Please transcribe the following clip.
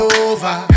over